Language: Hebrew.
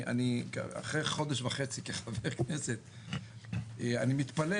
אחרי חודש וחצי כחבר כנסת אני מתפלל